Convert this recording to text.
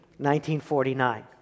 1949